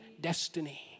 destiny